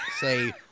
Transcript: say